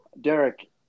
Derek